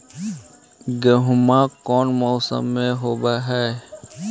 गेहूमा कौन मौसम में होब है?